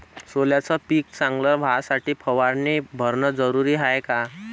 सोल्याचं पिक चांगलं व्हासाठी फवारणी भरनं जरुरी हाये का?